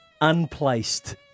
Unplaced